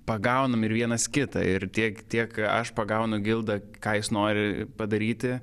pagaunam ir vienas kitą ir tiek tiek aš pagaunu gildą ką jis nori padaryti